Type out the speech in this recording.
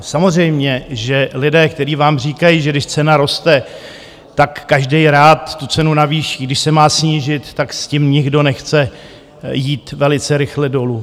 Samozřejmě, že lidé, který vám říkají, že když cena roste, tak každý rád tu cenu navýší, když se má snížit, tak s tím nikdo nechce jít velice rychle dolů.